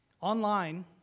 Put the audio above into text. online